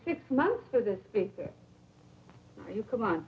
six months so this you come on